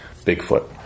Bigfoot